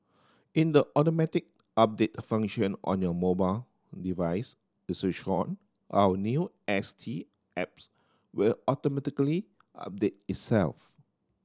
in the automatic update function on your mobile device is switched on our new S T apps will automatically update itself